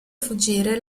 fuggire